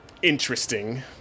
interesting